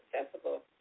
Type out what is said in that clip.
accessible